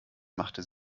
machte